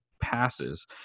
passes